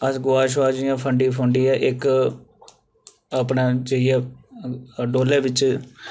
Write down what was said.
अस गोहा सोहा जि'यां फड़ी फुड़ी ऐ इक अपना जाइयै डोले बिच